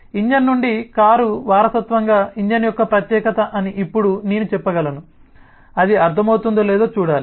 engine నుండి car వారసత్వంగా engine యొక్క ప్రత్యేకత అని ఇప్పుడు నేను చెప్పగలను అది అర్ధమవుతుందో లేదో చూడాలి